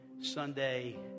Sunday